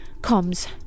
comms